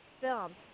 film